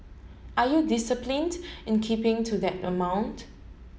are you disciplined in keeping to that amount